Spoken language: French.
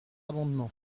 amendement